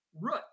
root